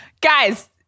Guys